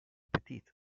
petit